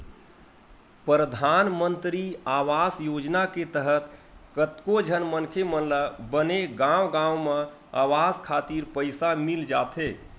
परधानमंतरी आवास योजना के तहत कतको झन मनखे मन ल बने गांव गांव म अवास खातिर पइसा मिल जाथे